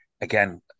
Again